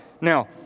now